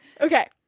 okay